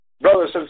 brothers